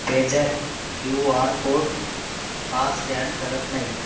PayZapp Q R code का scan करत नाही आहे